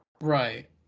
Right